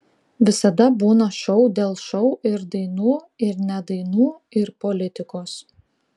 visada būna šou dėl šou ir dainų ir ne dainų ir politikos